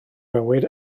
fywyd